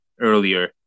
earlier